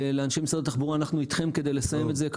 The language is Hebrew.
אנשי משרד התחבורה אנחנו איתכם כדי לסיים את זה,